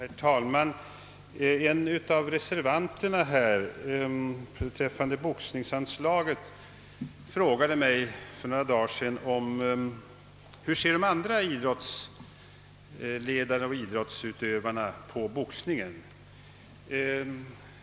Herr talman! En av de ledamöter som reserverat sig mot boxningsanslaget frågade mig för några dagar sedan, hur andra idrottssledare och andra idrottsutövare ser på boxningen.